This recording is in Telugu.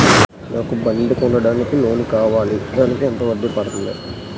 నాకు బండి కొనడానికి లోన్ కావాలిదానికి వడ్డీ ఎంత పడుతుంది?